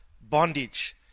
bondage